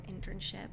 internship